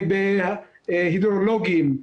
בהידרולוגים,